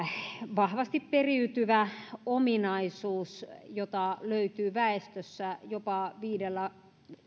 vahvasti periytyvä ominaisuus jota löytyy väestössä jopa viidellä